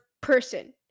person